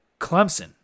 Clemson